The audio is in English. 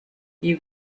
you